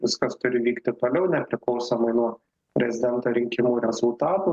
viskas turi vykti toliau nepriklausomai nuo prezidento rinkimų rezultatų